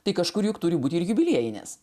tai kažkur juk turi būti ir jubiliejinės